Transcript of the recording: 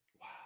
Wow